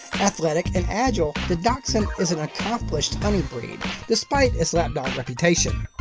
athletic and agile, the dachshund is an accomplished breed despite its lapdog reputation.